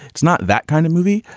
it's not that kind of movie,